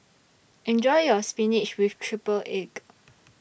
Enjoy your Spinach with Triple Egg